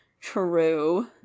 True